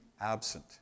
absent